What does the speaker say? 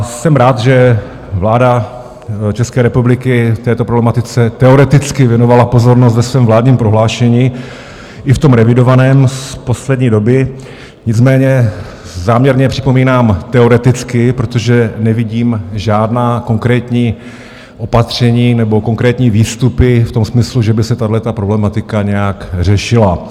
Jsem rád, že vláda České republiky této problematice teoreticky věnovala pozornost ve svém vládním prohlášení, i v tom revidovaném z poslední doby, nicméně záměrně připomínám teoreticky, protože nevidím žádná konkrétní opatření nebo konkrétní výstupy v tom smyslu, že by se tato problematika nějak řešila.